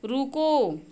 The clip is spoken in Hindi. रूको